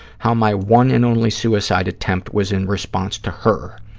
how my one and only suicide attempt was in response to her,